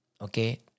okay